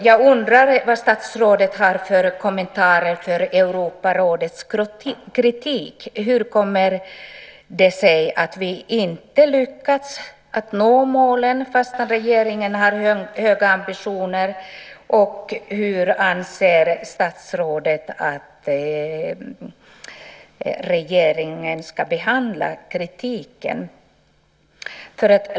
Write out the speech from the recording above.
Jag undrar vilka kommentarer statsrådet har till Europarådets kritik. Hur kommer det sig att vi inte lyckats nå målen fastän regeringen har höga ambitioner? Hur anser statsrådet att regeringen ska behandla kritiken?